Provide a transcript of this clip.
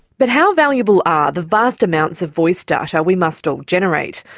but how valuable are the vast amounts of voice data we must all generate?